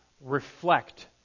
reflect